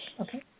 Okay